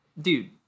Dude